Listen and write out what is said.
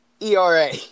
ERA